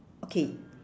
okay